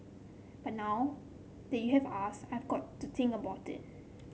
but now that you have asked I've got to think about it